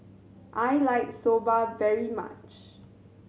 I like Soba very much